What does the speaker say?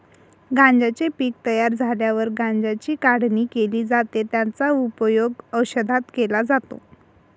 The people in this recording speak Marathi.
गांज्याचे पीक तयार झाल्यावर गांज्याची काढणी केली जाते, त्याचा उपयोग औषधात केला जातो